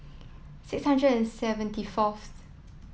six hundred and seventy fourth